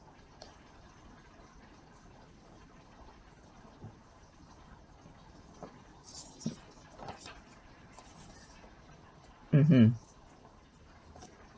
mmhmm